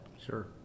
sure